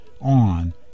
on